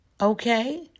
Okay